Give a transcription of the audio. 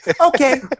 okay